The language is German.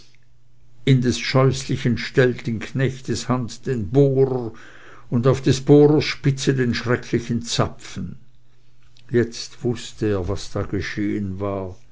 in des scheußlich entstellten knechtes hand den bohrer und auf des bohrers spitze den schrecklichen zapfen jetzt wußte er was da geschehen war